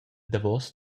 davos